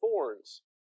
thorns